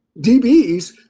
DBs